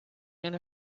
and